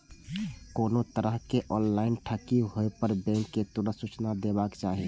कोनो तरहक ऑनलाइन ठगी होय पर बैंक कें तुरंत सूचना देबाक चाही